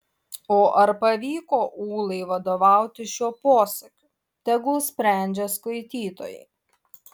o ar pavyko ūlai vadovautis šiuo posakiu tegul sprendžia skaitytojai